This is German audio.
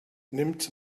nimmt